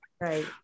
right